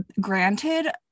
Granted